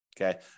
okay